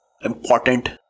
important